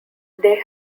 they